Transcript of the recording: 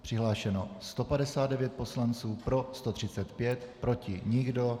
Přihlášeno 159 poslanců, pro 135, proti nikdo.